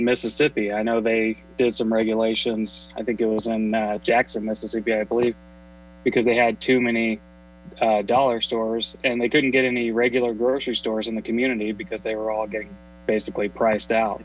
mississippi i know they did some regulation i think it was in jackson mississippi i believe because they had too many dollar stores and they couldn't get any regular grocery stores in the community because they were all getting basically priced out